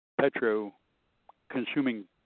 petro-consuming